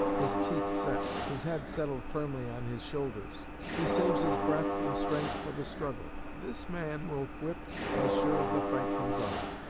his teeth set, his head settled firmly on his shoulders he saves his breath and strength for the struggle. this man will whip, as sure as the fight comes off.